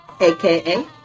aka